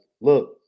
look